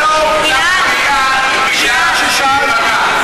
תענה לשאלה ששאלנו.